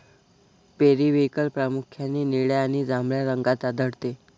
periwinkle प्रामुख्याने निळ्या आणि जांभळ्या रंगात आढळते